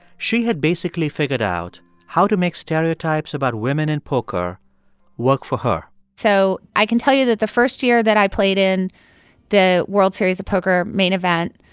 she had basically figured out how to make stereotypes about women in poker work for her so i can tell you that the first year that i played in the world series of poker main event,